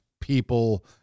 people